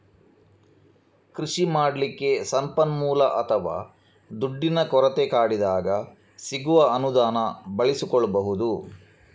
ಕೃಷಿ ಮಾಡ್ಲಿಕ್ಕೆ ಸಂಪನ್ಮೂಲ ಅಥವಾ ದುಡ್ಡಿನ ಕೊರತೆ ಕಾಡಿದಾಗ ಸಿಗುವ ಅನುದಾನ ಬಳಸಿಕೊಳ್ಬಹುದು